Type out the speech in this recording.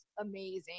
amazing